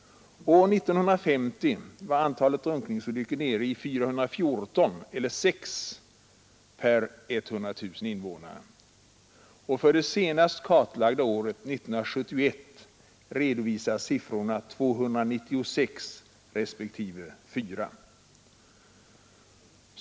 År 1950 var antalet drunkningsolyckor nere i 414 eller 6 per 100 000 invånare, och för det senast kartlagda året, 1971, redovisas siffrorna 296 respektiver 4.